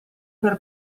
per